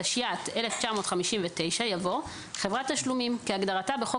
התשי"ט-1959" יבוא "חברת תשלומים כהגדרתה בחוק